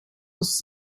was